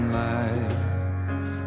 life